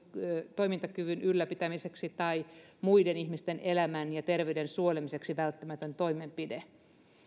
toimintakyvyn ylläpitämiseksi tai muiden ihmisten elämän ja terveyden suojelemiseksi välttämätön toimenpide